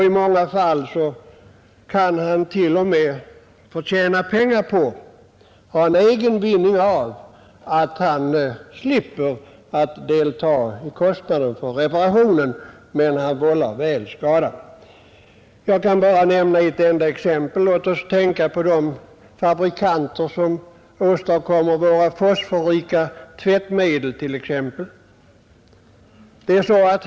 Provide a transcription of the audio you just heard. I många fall kan han t.o.m. ha en egen vinning av att han slipper bidra till kostnaden för reparationen, men han vållar väl skadan. Jag kan bara nämna ett enda exempel. Låt oss tänka på de fabrikanter som åstadkommer våra fosforrika tvättmedel!